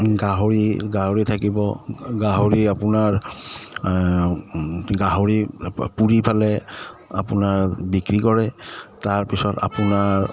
গাহৰি গাহৰি থাকিব গাহৰি আপোনাৰ গাহৰি পুৰি পেলাইলে আপোনাৰ বিক্ৰী কৰে তাৰপিছত আপোনাৰ